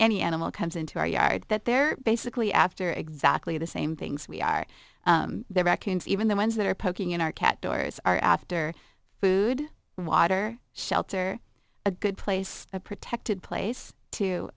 any animal comes into our yard that they're basically after exactly the same things we are their reckons even the ones that are poking in our cat doors are after food water shelter a good place a protected place